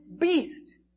beast